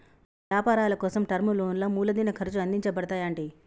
మన యపారాలకోసం టర్మ్ లోన్లా మూలదిన ఖర్చు అందించబడతాయి అంటి